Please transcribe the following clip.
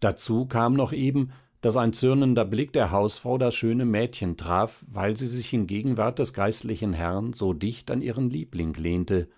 dazu kam noch eben daß ein zürnender blick der hausfrau das schöne mädchen traf weil sie sich in gegenwart des geistlichen herren so dicht an ihren liebling lehnte